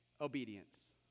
obedience